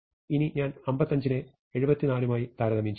ഇനി ഞാൻ 55 നെ 74 യുമായി താരതമ്യം ചെയ്യും